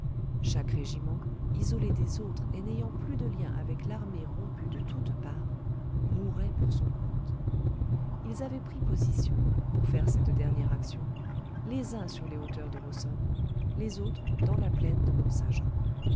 chaque régiment isolé des autres et n'ayant plus de lien avec l'armée rompue de toutes parts mourait pour son compte ils avaient pris position pour faire cette dernière action les uns sur les hauteurs de rossomme les autres dans la plaine de